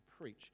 preach